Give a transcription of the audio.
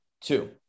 two